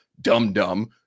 dumb-dumb